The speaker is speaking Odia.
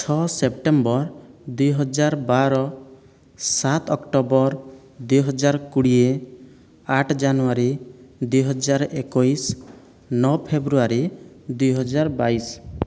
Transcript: ଛ ସେପ୍ଟେମ୍ବର ଦୁଇ ହଜାର ବାର ସାତ ଅକ୍ଟୋବର ଦୁଇ ହଜାର କୋଡ଼ିଏ ଆଠ ଜାନୁଆରୀ ଦୁଇ ହଜାର ଏକୋଇଶ ନଅ ଫେବୃଆରୀ ଦୁଇ ହଜାର ବାଇଶ